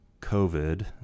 COVID